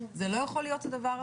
זה לא יכול להיות הדבר הזה.